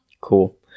Cool